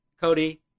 Cody